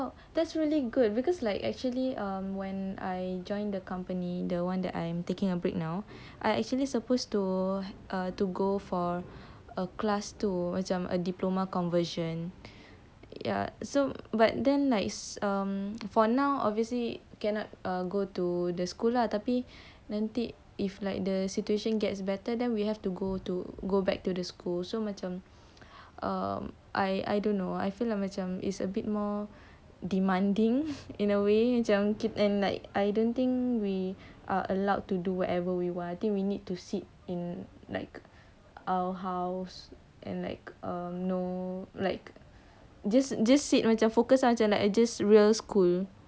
!wow! that's really good because like actually um when I joined the company the one that I'm taking a break now I actually suppose to go for a class to macam a diploma conversion ya so but then um for now obviously cannot uh go to the school lah the tapi nanti if like the situation gets better than we have to go to go back to the school so macam um I I don't know I feel like macam its a bit more demanding in a way macam and like I don't think we are allowed to do whatever we want I think we need to sit in like our house and like you know like just just sit macam focused on like just real school